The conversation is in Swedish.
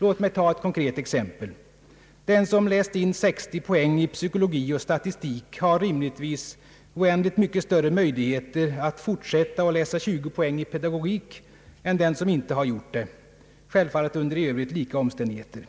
Låt mig ta ett konkret exempel. Den som har läst in 60 poäng i psykologi och statistik har rimligtvis oändligt mycket större möjligheter än den som inte gjort det att fortsätta och läsa 20 poäng i pedagogik — självfallet under i övrigt lika omständigheter.